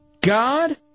God